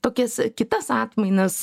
tokias kitas atmainas